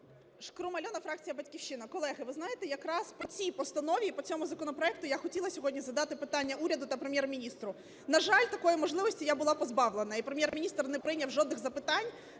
Шкрум Альона, фракція "Батьківщина". Колеги, ви знаєте, якраз по цій постанові і по цьому законопроекту я хотіла сьогодні задати питання уряду та Прем'єр-міністру. На жаль, такої можливості я була позбавлена, і Прем'єр-міністр не прийняв жодних запитань,